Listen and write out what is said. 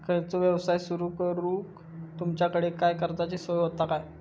खयचो यवसाय सुरू करूक तुमच्याकडे काय कर्जाची सोय होता काय?